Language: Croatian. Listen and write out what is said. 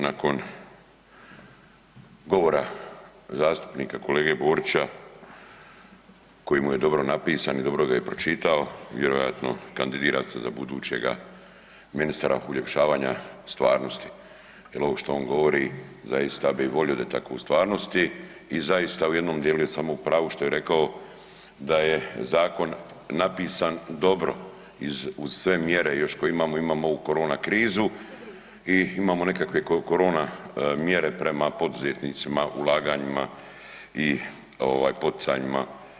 Nakon govora zastupnika kolege Borića koji mu je dobro napisan i dobro ga je pročitao, vjerojatno kandidira se za budućega ministra uljepšavanja stvarnosti jer ovo što on govori, zaista bi volio da je tako u stvarnosti i zaista u jednom djelu je samo u pravu što je rekao da je zakon napisan dobro uz sve mjere još koje imamo, imamo u korona krizu i imamo nekakve korona mjere prema poduzetnicima, ulaganjima i poticanjima.